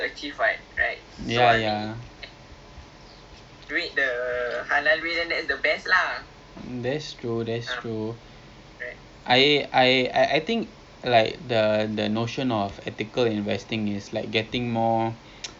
interest yielding accounts and maybe dia orang tak tahu lah it's haram because you would need to kind of know mah yang kita tak boleh yang interest and all bonds are tak halal I mean this is not like general knowledge so I think that's one thing you know education is important within the muslim community